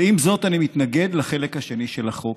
ועם זאת, אני מתנגד לחלק השני של החוק,